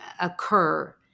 occur